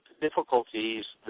difficulties